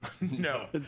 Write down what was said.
no